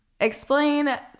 Explain